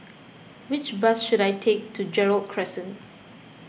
which bus should I take to Gerald Crescent